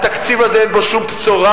התקציב הזה אין בו שום בשורה,